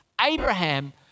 Abraham